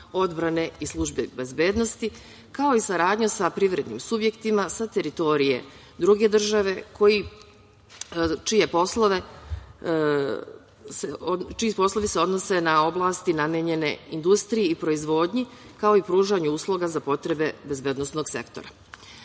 odbrane i službe bezbednosti, kao i saradnja sa privrednim subjektima sa teritorije druge države čiji poslovi se odnose na oblasti namenjene industriji i proizvodnji, kao i pružanju usluga za potrebe bezbednosnog sektora. Što